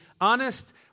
honest